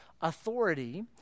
authority